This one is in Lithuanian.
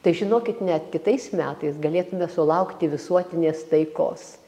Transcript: tai žinokit net kitais metais galėtume sulaukti visuotinės taikos